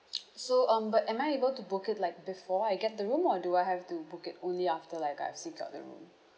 so um but am I able to book it like before I get the room or do I have to book it only after like I've seek out the room